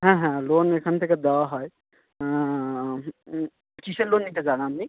হ্যাঁ হ্যাঁ লোন এখান থেকে দেওয়া হয় কীসের লোন নিতে চান আপনি